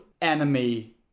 enemy